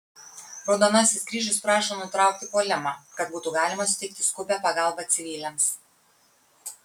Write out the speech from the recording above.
raudonasis kryžius prašo nutraukti puolimą kad būtų galima suteikti skubią pagalbą civiliams